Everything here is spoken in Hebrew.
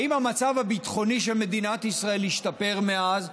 האם המצב הביטחוני של מדינת ישראל השתפר מאז?